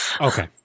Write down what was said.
Okay